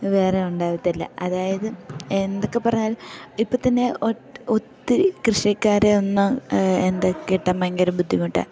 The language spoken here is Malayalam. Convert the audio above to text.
വേറെ ഉണ്ടാവത്തില്ല അതായത് എന്തൊക്കെ പറഞ്ഞാല് ഇപ്പം തന്നെ ഒത്തിരി കൃഷിക്കാരെയൊന്ന് എന്തെ കിട്ടാൻ ഭയങ്കര ബുദ്ധിമുട്ടാണ്